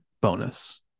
bonus